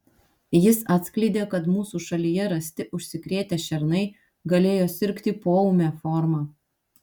jis atskleidė kad mūsų šalyje rasti užsikrėtę šernai galėjo sirgti poūme forma